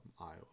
Iowa